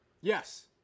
Yes